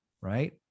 right